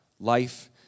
Life